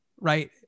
right